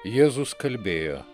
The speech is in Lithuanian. jėzus kalbėjo